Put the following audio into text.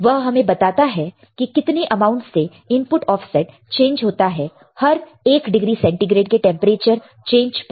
वह हमें बताता है कि कितने अमाउंट से इनपुट ऑफ सेट चेंज होता है हर 1 डिग्री सेंटीग्रेड के टेंपरेचर चेंज पर